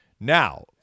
now